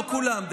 לא כולם,